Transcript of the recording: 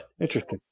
Interesting